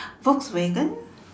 Volkswagen